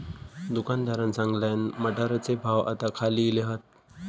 दुकानदारान सांगल्यान, मटारचे भाव आता खाली इले हात